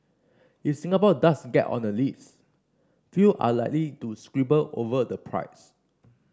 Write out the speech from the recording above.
if Singapore does get on the list few are likely to quibble over the price